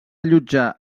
allotjar